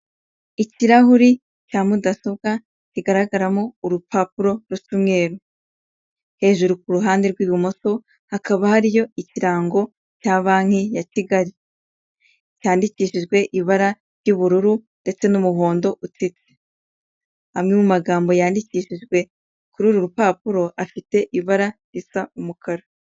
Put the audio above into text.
Ikirahuri cya mudasobwa kigaragaramo urupapuro rusa umweru hejuru kuruhande rw'ibumoso hakaba hariyo ikirango cya banki ya Kigali cyandikishijwe ibara ry'ubururu ndetse n'umuhondo amwe mu magambo yandikishijwe kuri uru rupapuro afite ibara risa umukara.